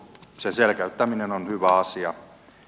sen selkeyttäminen on hyvä asia